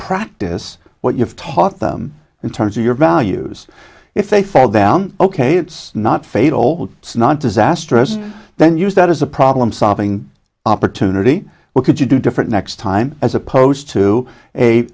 practice what you've taught them in terms of your values if they fall down ok it's not fatal snog disastrous then use that as a problem solving opportunity what could you do different next time as opposed to a